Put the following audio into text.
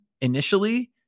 initially